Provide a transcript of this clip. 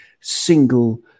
single